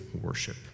worship